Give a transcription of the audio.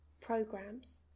programs